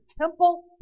temple